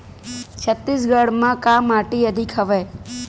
छत्तीसगढ़ म का माटी अधिक हवे?